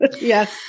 Yes